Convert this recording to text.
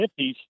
50s